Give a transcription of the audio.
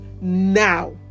now